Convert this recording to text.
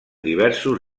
diversos